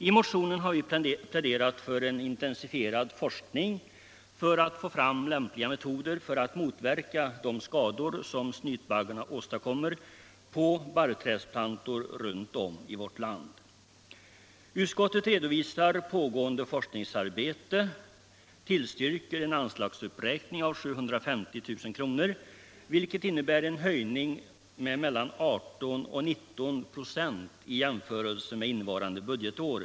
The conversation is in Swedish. I motionen har vi pläderat för en intensifierad forskning för att få fram lämpliga metoder för att motverka de skador som snytbaggen åstadkommer på barrträdsplantor runt om i vårt land. Utskottet redovisar pågående forskningsarbete och tillstyrker anslagsuppräkning av 750 000 kr., vilket innebär en höjning med mellan 18 och 19 96 i jämförelse med innevarande budgetår.